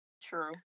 True